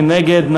מי נגד?